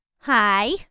Hi